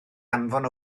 anfon